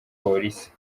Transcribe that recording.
polisi